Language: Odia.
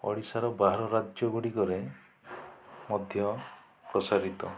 ଓଡ଼ିଶାର ବାହାର ରାଜ୍ୟ ଗୁଡ଼ିକରେ ମଧ୍ୟ ପ୍ରସାରିତ